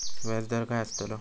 व्याज दर काय आस्तलो?